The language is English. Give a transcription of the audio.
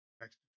next